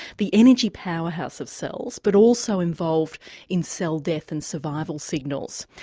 the energy powerhouse of cells, but also involved in cell death and survival signals.